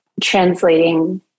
translating